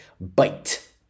bite